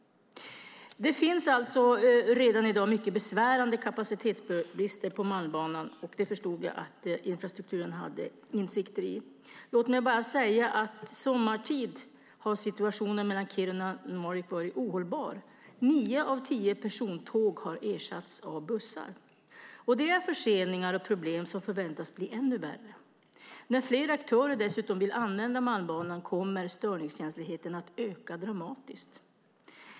Det finns alltså redan i dag mycket besvärande kapacitetsbrister på Malmbanan. Det förstod jag att infrastrukturministern hade insikter i. Låt mig bara säga att sommartid har situationen mellan Kiruna och Narvik varit ohållbar. Nio av tio persontåg har ersatts av bussar. Det är förseningar och problem som förväntas bli ännu värre. När fler aktörer dessutom vill använda Malmbanan kommer störningskänsligheten att öka dramatiskt.